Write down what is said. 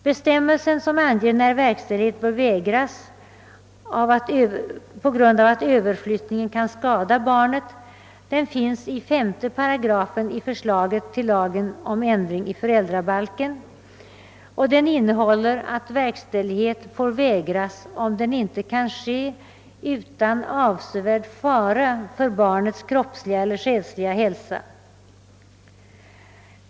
Bestämmelser, som anger när verkställighet bör vägras på grund av att överflyttningen kan skada barnet, finns i 38 i förslaget till lag om ändring i föräldrabalken, och den innehåller att verkställighet får vägras, om den inte kan ske utan avsevärd fara för barnets kroppsliga eller själsliga hälsa.